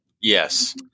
yes